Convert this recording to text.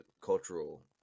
cultural